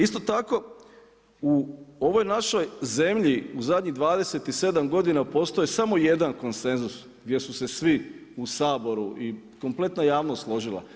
Isto tako u ovoj našoj zemlji u zadnjih 27 godina, postoji samo 1 konsenzus, gdje su se svi u Saboru i kompletna javnost složila.